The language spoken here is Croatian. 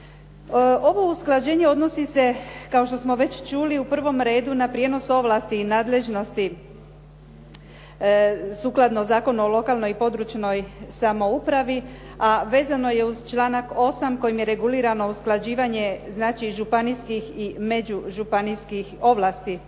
Ovo usklađenje odnosi se kao što smo već čuli u prvom redu na prijenos ovlasti i nadležnosti sukladno Zakonu o lokalnoj i područnoj samoupravi a vezano je uz članak 8. kojim je regulirano usklađivanje županijskih i međužupanijskih ovlasti,